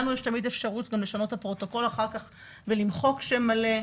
לנו יש תמיד אפשרות גם לשנות את הפרוטוקול אחר-כך ולמחוק שם מלא,